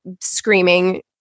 screaming